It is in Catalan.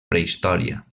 prehistòria